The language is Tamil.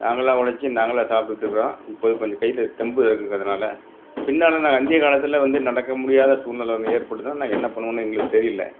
நாங்களாக உழச்சி நாங்களாக சாப்பிட்டுட்டு இருக்கோம் இப்போ கொஞ்சம் கையில் தெம்பு இருக்கிறனால பின்னால் நாங்கள் அந்திய காலத்தில் வந்து நடக்க முடியாத சூழ்நிலை ஒன்று ஏற்பட்டதுனா நாங்கள் என்ன பண்ணுவோம்னு எங்களுக்கு தெரியல